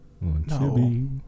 No